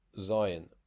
Zion